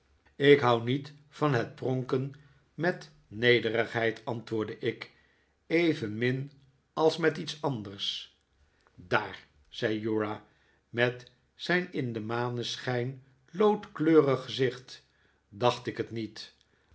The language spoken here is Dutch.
ik houd niet van pronken met nederigheid antwoordde ik evenmin als met iets anders daar zei uriah met zijn in de maneschijn loodkleurig gezicht dacht ik het niet